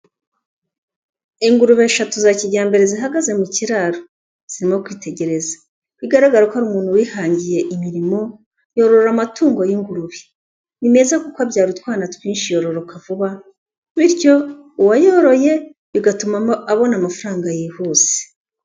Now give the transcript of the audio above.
Ingurube eshatu za kijyambere zihagaze mu kiraro, zirimo kwitegereza, bigaragara ko ari umuntu wihangiye imirimo yorora amatungo y'ingurube, ni meza kuko abyara utwana twinshi yororoka vuba, bityo uwayoroye bigatuma abona amafaranga yihuse.